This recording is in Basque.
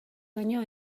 baino